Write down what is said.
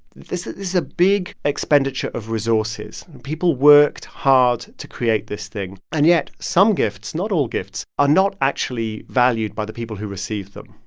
this is a big expenditure of resources. people worked hard to create this thing. and yet, some gifts not all gifts are not actually valued by the people who receive them.